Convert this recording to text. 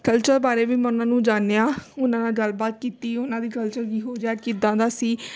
culture ਬਾਰੇ ਵੀ ਮੈਂ ਉਹਨਾਂ ਨੂੰ ਜਾਣਿਆ ਉਹਨਾਂ ਨਾਲ ਗੱਲਬਾਤ ਕੀਤੀ ਉਹਨਾਂ ਦੀ ਗੱਲ ਚੰਗੀ ਹੋ ਜਾਏ ਕਿੱਦਾਂ ਦਾ ਸੀ